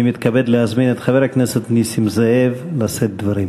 אני מתכבד להזמין את חבר הכנסת נסים זאב לשאת דברים.